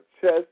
chess